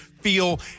Feel